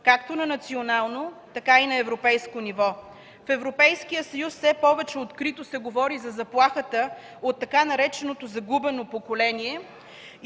както на национално, така и на европейско ниво. В Европейския съюз все повече открито се говори за заплахата от така нареченото „загубено поколение”